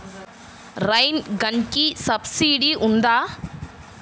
Rain గన్కి subsidy ఉందా?